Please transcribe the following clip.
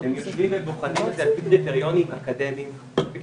הם יושבים ובוחנים את זה על פי